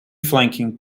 flanking